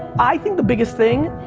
i think the biggest thing,